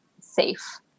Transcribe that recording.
safe